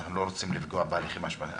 אנחנו לא רוצים לפגוע בהליכים המשפטיים.